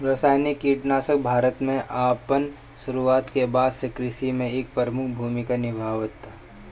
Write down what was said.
रासायनिक कीटनाशक भारत में अपन शुरुआत के बाद से कृषि में एक प्रमुख भूमिका निभावता